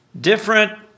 different